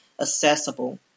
accessible